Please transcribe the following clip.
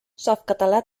softcatalà